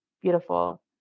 beautiful